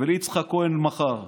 וליצחק כהן מחר.